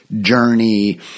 journey